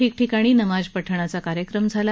ठिकठिकाणी आज नमाज पठणाचा कार्यक्रम झाला